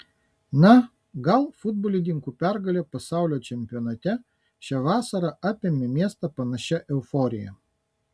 na gal futbolininkų pergalė pasaulio čempionate šią vasarą apėmė miestą panašia euforija